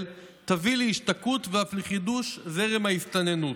תביא להשתקעות ואף לחידוש זרם ההסתננות.